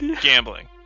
gambling